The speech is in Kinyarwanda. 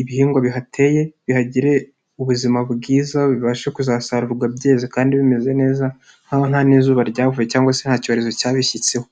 ibihingwa bihateye bihagire ubuzima bwiza bibashe kuzasarurwa byeze kandi bimeze neza, nk'aho nta n'izuba ryavuye cyangwa se nta cyorezo cyabishyitseho.